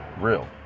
real